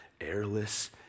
airless